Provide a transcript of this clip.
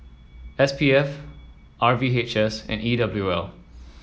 S P F R V H S and E W L